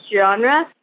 genre